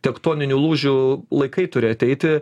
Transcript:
tektoninių lūžių laikai turi ateiti